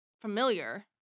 familiar